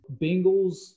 Bengals